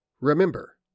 Remember